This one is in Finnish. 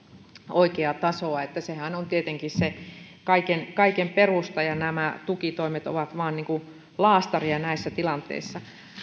oikeaa tasoa sehän on tietenkin se kaiken kaiken perusta ja nämä tukitoimet ovat vain laastaria näissä tilanteissa